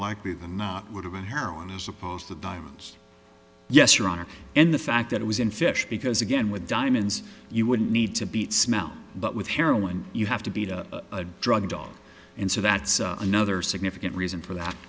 likely than not would have been heroin as opposed to diamonds yes your honor in the fact that it was in fish because again with diamonds you wouldn't need to beat smell but with heroin you have to be a drug dog and so that's another significant reason for that